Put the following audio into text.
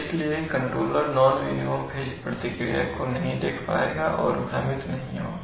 इसलिए controller non minimum phase प्रतिक्रिया को नहीं देखेगा और भ्रमित नहीं होगा